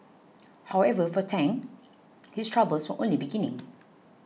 however for Tang his troubles were only beginning